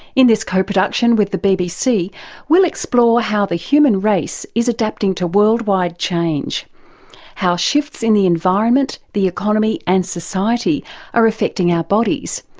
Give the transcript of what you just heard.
in this co-production with the bbc we'll explore how the human race is adapting to worldwide change how shifts in the environment, the economy and society are affecting our bodies.